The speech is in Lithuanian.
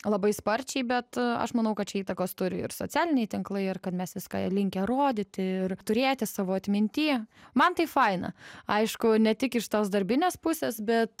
labai sparčiai bet aš manau kad čia įtakos turi ir socialiniai tinklai ir kad mes viską ir linkę rodyti ir turėti savo atminty man tai faina aišku ne tik iš tos darbinės pusės bet